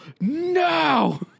no